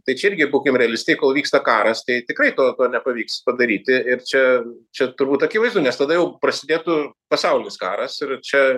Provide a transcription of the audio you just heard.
tai čia irgi būkim realistai kol vyksta karas tai tikrai to nepavyks padaryti ir čia čia turbūt akivaizdu nes tada jau prasidėtų pasaulinis karas ir čia